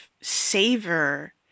savor